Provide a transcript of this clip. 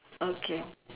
okay